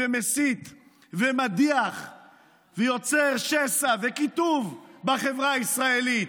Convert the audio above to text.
ומסית ומדיח ויוצר שסע וקיטוב בחברה הישראלית.